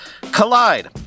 Collide